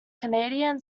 canadian